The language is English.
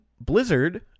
Blizzard